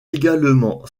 également